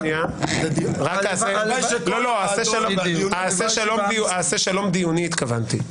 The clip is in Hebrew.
התכוונתי שאעשה שלום דיוני.